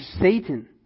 Satan